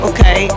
Okay